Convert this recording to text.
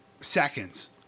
seconds